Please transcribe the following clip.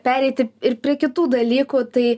pereiti ir prie kitų dalykų tai